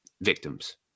victims